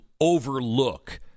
overlook